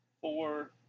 four